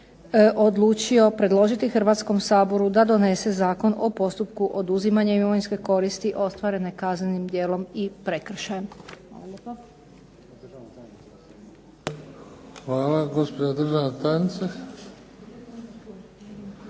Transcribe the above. odlučio predložiti Hrvatskom saboru da donese Zakon o postupku oduzimanja imovinske koriste ostvarene kaznenim djelom i prekršajem.